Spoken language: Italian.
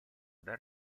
dal